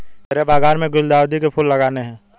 मेरे बागान में गुलदाउदी के फूल लगाने हैं